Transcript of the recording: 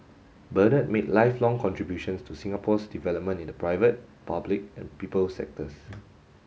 Bernard made lifelong contributions to Singapore's development in the private public and people sectors